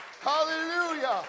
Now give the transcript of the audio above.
hallelujah